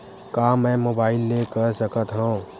का मै मोबाइल ले कर सकत हव?